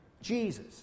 Jesus